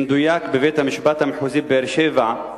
בבית-המשפט המחוזי בבאר-שבע,